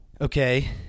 Okay